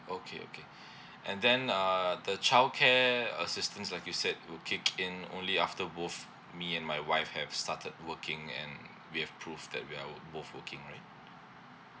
okay okay and then uh the childcare uh systems like you said will kick in only after both me and my wife have started working and we have proof that we are wo~ both working right